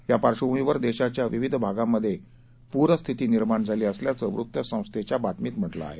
या पार्श्वभूमीवर देशाच्या विविध भागांमधे पूर स्थिती निर्माण झाली असल्याचं वृत्तसंस्थेच्या बातमीत म्हटलं आहे